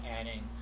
adding